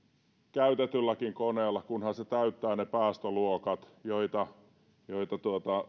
käytetylläkin koneella kunhan se täyttää ne päästöluokat joita joita